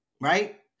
right